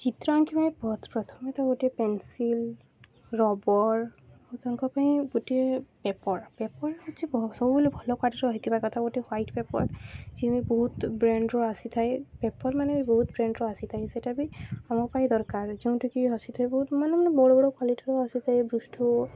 ଚିତ୍ର ଆଙ୍କିବା ପ୍ରଥମେ ତ ଗୋଟିଏ ପେନସିଲ୍ ରବର୍ ଓ ତାଙ୍କ ପାଇଁ ଗୋଟିଏ ପେପର୍ ପେପର୍ ହଉଛି ସବୁବେଳେ ଭଲ କ୍ୱାଲିଟିର ହେଇଥିବା କଥା ଗୋଟେ ହ୍ୱାଇଟ୍ ପେପର୍ ସିଏ ବି ବହୁତ ବ୍ରାଣ୍ଡ୍ର ଆସିଥାଏ ପେପର୍ ମାନେ ବି ବହୁତ ବ୍ରାଣ୍ଡର ଆସିଥାଏ ସେଇଟା ବି ଆମ ପାଇଁ ଦରକାର ଯେଉଁଠୁ କିି ଆସିଥିବୁ ମାନେ ମାନେ ମାନେ ବଡ଼ ବଡ଼ କ୍ୱାଲିଟିର ଆସିଥାଏ